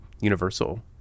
universal